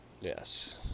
Yes